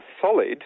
solid